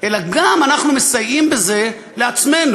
אלא אנחנו גם מסייעים בזה לעצמנו.